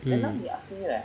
mmhmm